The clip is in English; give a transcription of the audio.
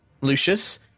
Lucius